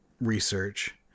research